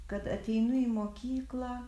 kad ateinu į mokyklą